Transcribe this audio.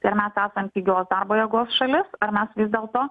ar mes esam pigios darbo jėgos šalis ar mes vis dėlto